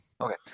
Okay